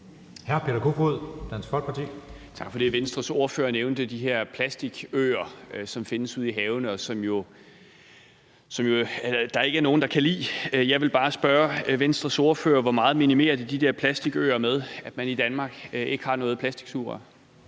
14:25 Peter Kofod (DF): Tak for det. Venstres ordfører nævnte de her plastikøer, som findes ude i havene, og som der ikke er nogen, der kan lide. Jeg vil bare spørge Venstres ordfører: Hvor meget minimerer det de der plastikøer med, at man i Danmark ikke har nogen plastiksugerør?